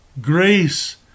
grace